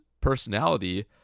personality